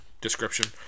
description